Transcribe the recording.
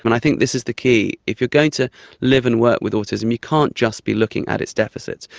but i think this is the key. if you are going to live and work with autism, you can't just be looking at its deficits,